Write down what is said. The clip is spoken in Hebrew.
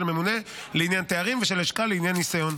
הממונה לעניין תארים ושל הלשכה לעניין ניסיון.